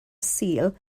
sul